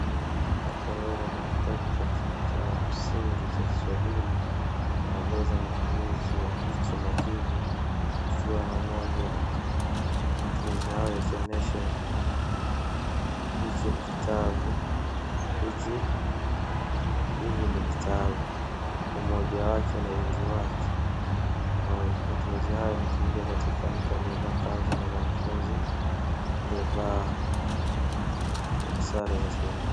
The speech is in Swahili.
Hapa ni kwa kitabu cha cha msingi cha Kiswahili inaeleza matumizi ya hiki na hivi. Viziwe na moja. Matumizi hayo yakionyesha hiki ni kitabu, hiki, hivi ni vitabu. Umoja wake na wingi wake. Na matumizi hayo yametumika katika mtu aliyevaa kanzu na mwanafunzi aliyevaa sare za shule.